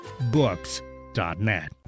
Books.net